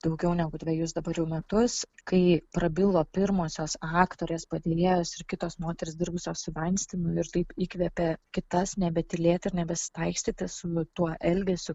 daugiau negu dvejus dabar jau metus kai prabilo pirmosios aktorės padėjėjos ir kitos moterys dirbusios su veinsteinu ir taip įkvėpė kitas nebetylėti ir nebesitaikstyti su tuo elgesiu